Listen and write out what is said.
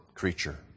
Creature